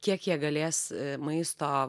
kiek jie galės maisto